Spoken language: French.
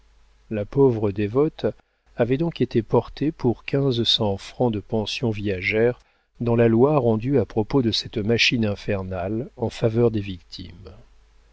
la pauvre dévote avait donc été portée pour quinze cents francs de pension viagère dans la loi rendue à propos de cette machine infernale en faveur des victimes